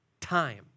time